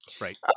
Right